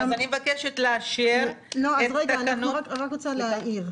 אני רק רוצה להעיר.